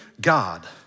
God